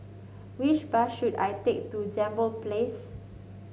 which bus should I take to Jambol Place